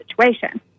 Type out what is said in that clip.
situation